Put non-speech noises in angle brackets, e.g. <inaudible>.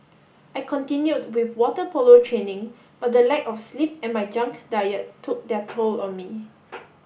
I continued with water polo training but the lack of sleep and my junk diet took their toll on me <noise>